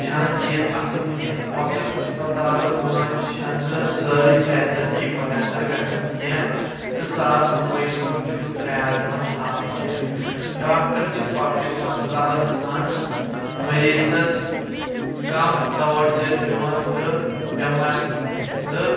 چھنہٕ تیٖژ اصٕل کینٛہہ پبلِک ہسپتالن منٛز چَھنہٕ سٲرٕے فیسَلٹی مۄیَسر گژھان کینٛہہ تہٕ صاف صفٲیی ہُنٛد چھُنہٕ خیال یِوان تھاونہٕ کینٛہہ ڈاکٹَر چھِ پبلِک ہسپتالن منٛز مٔریٖزس کم تَوَجہ دِوان تہٕ بؠمار تہٕ